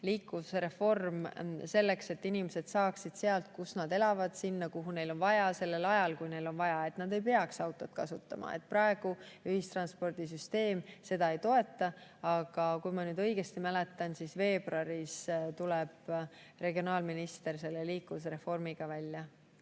Liikuvusreform selleks, et inimesed saaksid sealt, kus nad elavad, sinna, kuhu neil on vaja, sellel ajal, kui neil on vaja, et nad ei peaks autot kasutama. Praegu ühistranspordisüsteem seda ei toeta. Kui ma nüüd õigesti mäletan, siis veebruaris tuleb regionaalminister selle liikuvusreformiga välja.